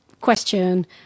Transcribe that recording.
question